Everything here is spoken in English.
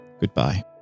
goodbye